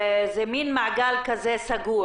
זה מין מעגל סגור.